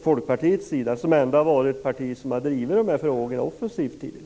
Folkpartiet har ju ändå drivit de här frågorna offensivt tidigare.